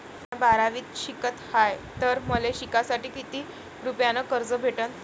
म्या बारावीत शिकत हाय तर मले शिकासाठी किती रुपयान कर्ज भेटन?